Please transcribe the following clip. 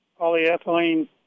polyethylene